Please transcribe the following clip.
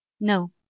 no